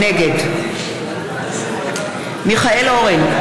נגד מיכאל אורן,